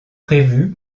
prévus